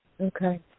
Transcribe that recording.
Okay